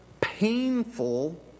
painful